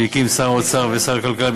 שהקימו שר האוצר ושר הכלכלה,